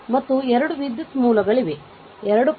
ಮತ್ತು 2 ವಿದ್ಯುತ್ ಮೂಲಗಳಿವೆ 2